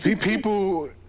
people